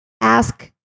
ask